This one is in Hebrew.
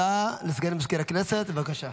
הודעה לסגנית מזכיר הכנסת, בבקשה.